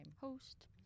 Host